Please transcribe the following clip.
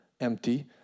empty